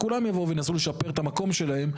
כולם יבואו וינסו לשפר את המקום שלהם,